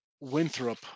Winthrop